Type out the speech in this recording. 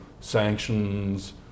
sanctions